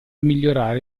migliorare